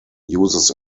uses